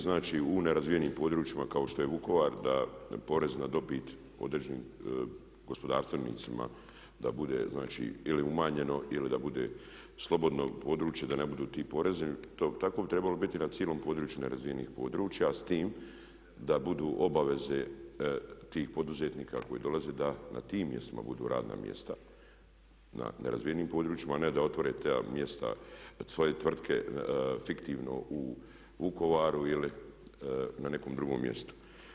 Znači u nerazvijenim područjima kao što je Vukovar, da porez na dobit određenim gospodarstvenicima da bude znači ili umanjeno ili da bude slobodno područje, da ne budu ti porezi, tako bi trebalo biti na cijelom području nerazvijenih područja s tim da budu obaveze tih poduzetnika koji dolaze da na tim mjestima budu radna mjesta, na nerazvijenim područjima, ne da otvore ta mjesta, svoje tvrtke fiktivno u Vukovaru ili na nekom drugom mjestu.